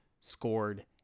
scored